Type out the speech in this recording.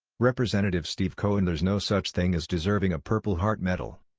rep. steve cohen there's no such thing as deserving a purple heart medal.